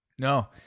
No